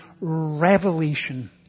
revelation